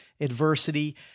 adversity